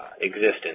existence